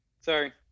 Sorry